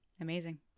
Amazing